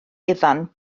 ifan